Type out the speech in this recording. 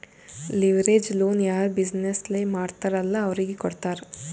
leverage loan ಯಾರ್ business ಮಾಡ್ತಾರ್ ಅಲ್ಲಾ ಅವ್ರಿಗೆ ಕೊಡ್ತಾರ್